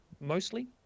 mostly